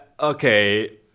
Okay